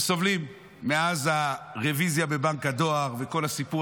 הם סובלים מאז הרוויזיה בבנק הדואר וכל הסיפור